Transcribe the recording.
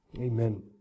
Amen